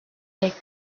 les